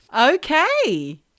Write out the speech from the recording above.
Okay